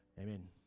Amen